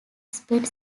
spent